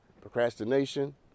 Procrastination